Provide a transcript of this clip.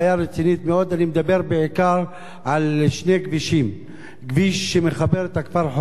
אני מדבר בעיקר על שני כבישים: כביש שמחבר את חורפיש בית-ג'ן,